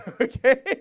Okay